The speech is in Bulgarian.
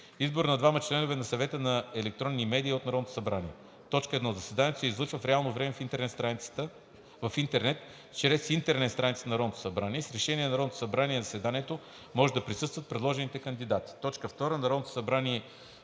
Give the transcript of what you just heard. Избор на двама членове на Съвета за електронни медии от Народното събрание. 1. Заседанието се излъчва в реално време в интернет чрез интернет страницата на Народното събрание. С решение на Народното събрание на заседанието може да присъстват предложените кандидати. 2. Народното събрание